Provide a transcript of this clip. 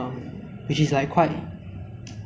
three hundred to five hundred thousand or even more then